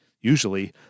Usually